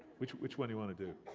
which which one do you wanna do?